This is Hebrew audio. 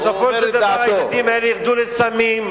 בסופו של דבר הילדים האלה ירדו לסמים,